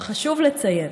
אך חשוב לציין